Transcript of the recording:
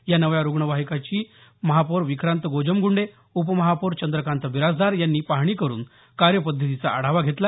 या नव्या रुग्णवाहिकेची महापौर विक्रांत गोजमगूंडे उपमहापौर चंद्रकांत बिराजदार यांनी पाहणी करून कार्यपद्धतीचा आढावा घेतला